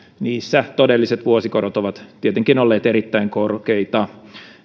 niissä todelliset vuosikorot ovat tietenkin olleet erittäin korkeita